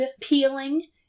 peeling